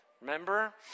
Remember